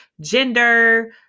gender